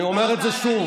אני אומר את זה שוב,